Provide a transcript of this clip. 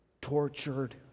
Tortured